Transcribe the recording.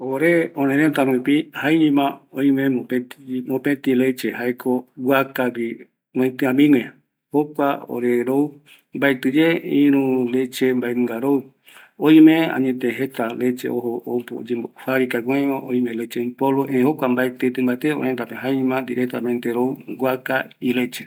Ore örërëtä rupi jaeñoma oime mopetɨ leche, jaeko guaka gui roitiamigue, jokua ore rou, mbatɨye iru leche mbanunga rou, oime añete jeta leche fabrica gui oeva, leche en polvo erei jokua mbaetɨ rou, jaeñoma guaka ileche rou